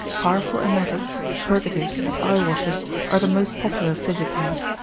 powerful emetics, purgatives, and eyewashes are the most popular physickings.